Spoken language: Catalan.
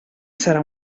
serà